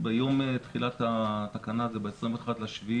ביום תחילת התקנה, ב-21.7,